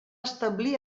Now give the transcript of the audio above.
establir